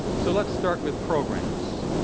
so let's start with programs.